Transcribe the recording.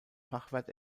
fachwerk